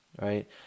right